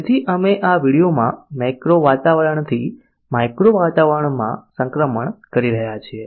તેથી અમે આ વિડિઓમાં મેક્રો વાતાવરણથી માઇક્રો વાતાવરણમાં સંક્રમણ કરી રહ્યા છીએ